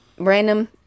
Random